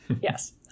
Yes